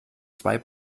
zwei